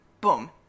boom